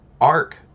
arc